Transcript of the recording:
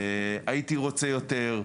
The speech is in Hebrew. הייתי רוצה יותר.